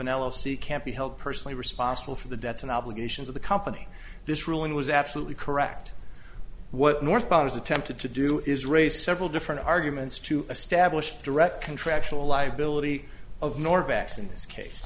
c can't be held personally responsible for the debts and obligations of the company this ruling was absolutely correct what northbound has attempted to do is raise several different arguments to establish direct contractual liability of